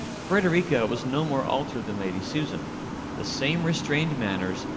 frederica was no more altered than lady susan the same restrained manners,